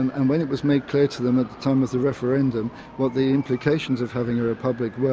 and when it was made clear to them at the time of the referendum what the implications of having a republic were,